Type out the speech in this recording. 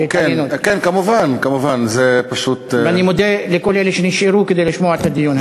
אני מודה לכל אלה שנשארו לשמוע את הדיון הזה.